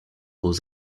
aux